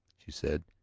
she said.